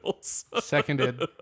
Seconded